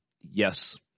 Yes